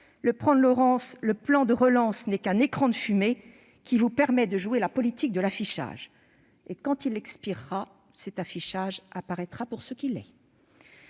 Le plan de relance n'est qu'un écran de fumée qui vous permet de jouer la politique de l'affichage ; mais, quand il expirera, cet affichage apparaîtra pour ce qu'il est.